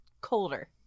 Colder